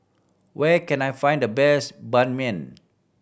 where can I find the best Ban Mian